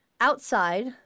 outside